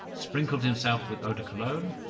sprinkled himself with eau-de-cologne,